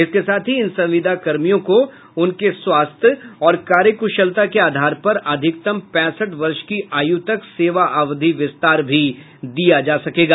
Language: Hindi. इसके साथ ही इन संविदा कर्मियों के उनके स्वास्थ्य और कार्यक्शलता के आधार पर अधिकतम पैंसठ वर्ष की आयु तक सेवा अवधि विस्तार भी दिया जा सकेगा